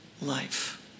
life